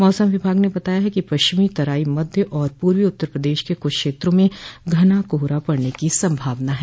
मौसम विभाग ने बताया है कि पश्चिमी तराई मध्य और पूर्वी उत्तर प्रदेश के कुछ क्षेत्रों में घना कोहरा पड़ने की संभावना है